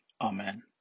Amen